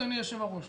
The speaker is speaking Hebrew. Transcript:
אדוני היושב-ראש,